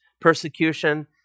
persecution